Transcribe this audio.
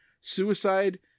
suicide